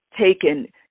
taken